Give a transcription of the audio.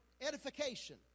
edification